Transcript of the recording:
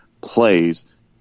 plays